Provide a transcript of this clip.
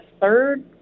third